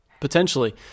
potentially